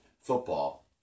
football